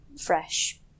fresh